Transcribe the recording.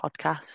podcast